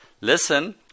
Listen